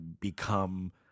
become